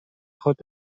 خود